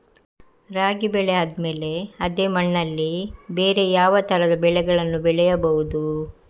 ರಾಗಿ ಬೆಳೆ ಆದ್ಮೇಲೆ ಅದೇ ಮಣ್ಣಲ್ಲಿ ಬೇರೆ ಯಾವ ತರದ ಬೆಳೆಗಳನ್ನು ಬೆಳೆಯಬಹುದು?